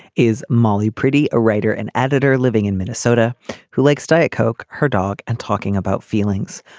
is molly pretty a writer and editor living in minnesota who likes diet coke her dog and talking about feelings.